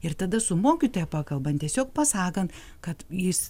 ir tada su mokytoja pakalbant tiesiog pasakant kad jis